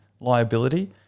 liability